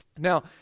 Now